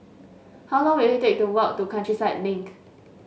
how long will it take to walk to Countryside Link